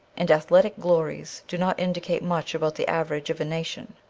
and athletic glories do not indicate much about the average of a nation.